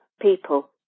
people